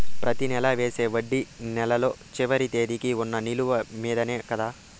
ప్రతి నెల వేసే వడ్డీ నెలలో చివరి తేదీకి వున్న నిలువ మీదనే కదా?